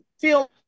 feel